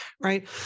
right